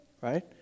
right